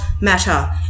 matter